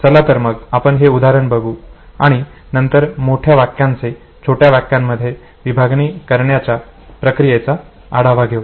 चला तर मग आपण हे उदाहरण बघू आणि नंतर मोठ्या वाक्याचे छोट्या वाक्यांमध्ये विभागणी करण्याच्या प्रक्रियेचा आढावा घेऊ